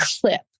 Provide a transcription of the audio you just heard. clip